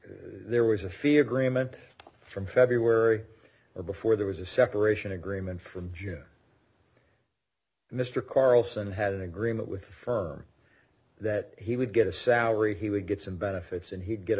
there was a fee agreement from february of before there was a separation agreement from june mr carlson had an agreement with the firm that he would get a salary he would get some benefits and he'd get a